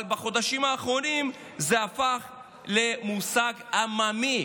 אבל בחודשים האחרונים זה הפך למושג עממי.